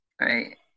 right